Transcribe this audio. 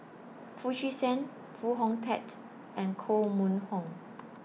Foo Chee San Foo Hong Tatt and Koh Mun Hong